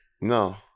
No